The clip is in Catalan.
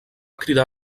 cridar